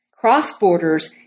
cross-borders